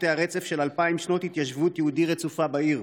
קוטע רצף של 2,000 שנות התיישבות יהודית רצופה בעיר.